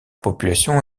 population